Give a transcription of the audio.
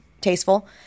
tasteful